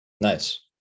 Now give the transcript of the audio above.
nice